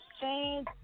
change